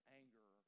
anger